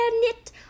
knit